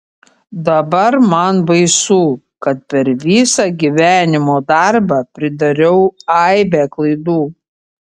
dabar man baisu kad per visą gyvenimo darbą pridariau aibę klaidų